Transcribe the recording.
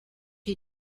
you